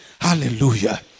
Hallelujah